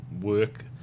work